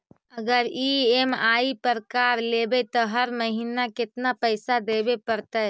अगर ई.एम.आई पर कार लेबै त हर महिना केतना पैसा देबे पड़तै?